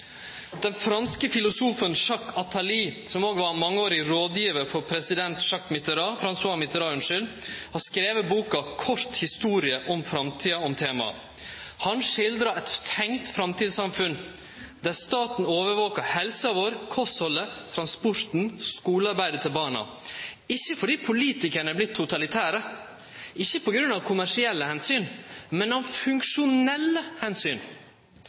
Den franske filosofen Jacques Attali, som òg var mangeårig rådgjevar for president François Mitterrand, har skrive boka «Kort historie om framtida» om temaet. Han skildrar eit tenkt framtidssamfunn der staten overvakar helsa vår, kosthaldet, transporten og skulearbeidet til barna – ikkje fordi politikarane har vorte totalitære, ikkje av kommersielle omsyn, men av funksjonelle